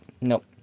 Nope